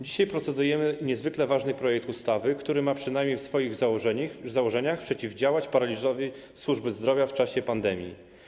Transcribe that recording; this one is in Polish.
Dzisiaj procedujemy nad niezwykle ważnym projektem ustawy, który ma, przynamniej w swoich założeniach, przeciwdziałać paraliżowi służby zdrowia w czasie pandemii.